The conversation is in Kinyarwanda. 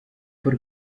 paul